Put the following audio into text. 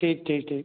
ठीक ठीक ठीक